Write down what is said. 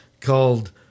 called